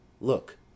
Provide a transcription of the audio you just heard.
Look